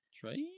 trade